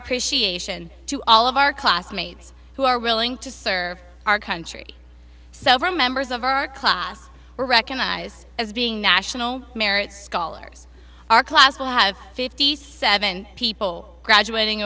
nation to all of our classmates who are willing to serve our country seven members of our class or recognize as being national merit scholars our class will have fifty seven people graduating